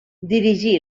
dirigí